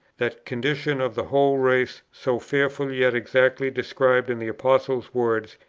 that condition of the whole race, so fearfully yet exactly described in the apostle's words,